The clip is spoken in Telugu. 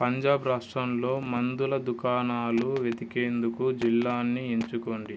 పంజాబ్ రాష్ట్రంలో మందుల దుకాణాలు వెతికేందుకు జిల్లాని ఎంచుకోండి